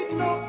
no